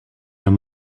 een